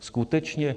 Skutečně?